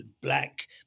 black